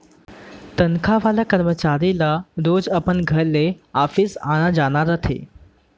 तनखा वाला करमचारी ल रोजे अपन घर ले ऑफिस आना जाना रथे